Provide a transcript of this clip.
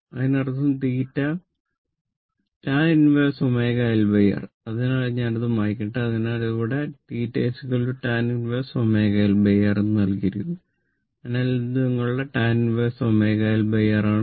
അതിനർത്ഥം θ tan 1 ആണ്